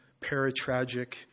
paratragic